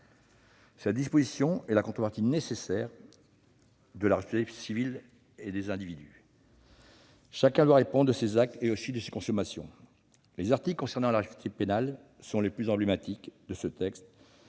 Cette disposition est la contrepartie nécessaire de la responsabilité civile des individus : chacun doit répondre de ses actes, ainsi que de ses consommations. Les articles concernant la responsabilité pénale sont les plus emblématiques de ce texte,